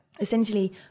essentially